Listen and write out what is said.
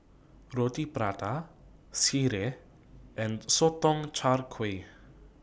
Roti Prata Sireh and Sotong Char Kway